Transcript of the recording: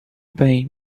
bem